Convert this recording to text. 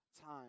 time